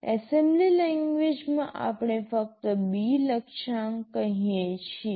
assembly language માં આપણે ફક્ત B લક્ષ્યાંક કહીએ છીએ